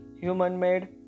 human-made